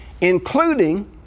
including